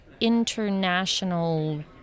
international